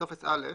בטופס א',